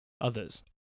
others